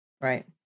Right